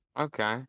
Okay